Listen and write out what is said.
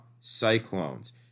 Cyclones